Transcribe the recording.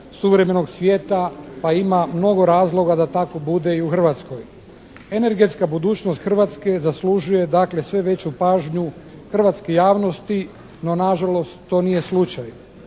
suvremenog svijeta pa ima mnogo razloga da tako bude i u Hrvatskoj. Energetska budućnost Hrvatske zaslužuje dakle sve veću pažnju hrvatske javnosti no nažalost to nije slučaj.